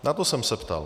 Na to jsem se ptal.